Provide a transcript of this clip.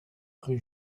rue